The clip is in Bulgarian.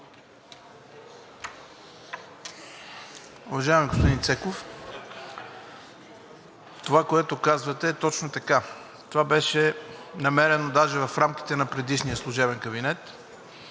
Уважаеми господин Цеков, това, което казвате, е точно така. Това беше намерено даже в рамките на предишния служебен кабинет.